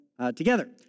together